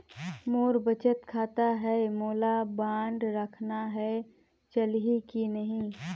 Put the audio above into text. मोर बचत खाता है मोला बांड रखना है चलही की नहीं?